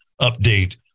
update